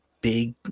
big